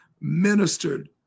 ministered